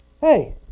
hey